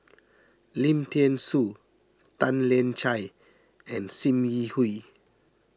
Lim thean Soo Tan Lian Chye and Sim Yi Hui